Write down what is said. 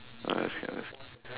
uh ya that's that's